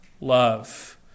love